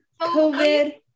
COVID